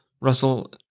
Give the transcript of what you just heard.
Russell